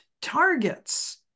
targets